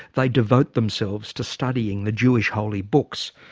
they devote themselves to studying the jewish holy books.